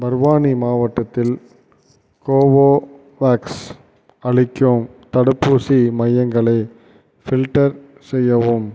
பர்வானி மாவட்டத்தில் கோவோவேக்ஸ் அளிக்கும் தடுப்பூசி மையங்களை ஃபில்டர் செய்யவும்